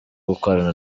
gukorana